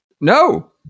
No